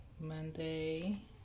Monday